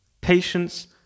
patience